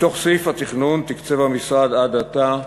מתוך סעיף התכנון תקצב המשרד עד עתה,